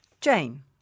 Jane